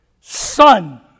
Son